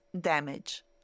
damage